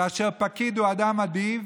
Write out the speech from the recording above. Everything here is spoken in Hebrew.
כאשר פקיד הוא אדם אדיב